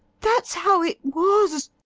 that's how it was.